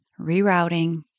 Rerouting